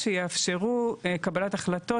שיאפשרו קבלת החלטות